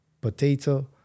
potato